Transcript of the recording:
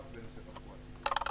רק בנושא התחבורה הציבורית.